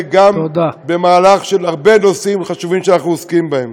גם במהלך של הרבה נושאים חשובים שאנחנו עוסקים בהם.